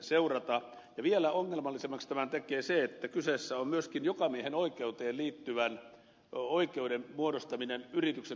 ja vielä ongelmallisemmaksi tämän tekee se että kyseessä on myöskin jokamiehenoikeuteen liittyvän oikeuden muodostaminen yrityksen toimesta bisnekseksi